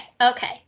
okay